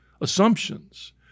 assumptions